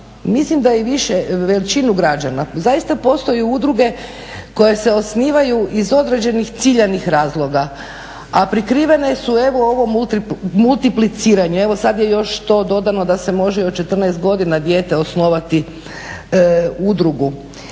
mislim da i većinu građana, zaista postoje udruge koje se osnivaju iz određenih ciljanih razloga a prikrivene su ovom multipliciranje, evo sad je još to dodano da se može i od 14 godina dijete osnovati udrugu.